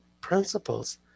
principles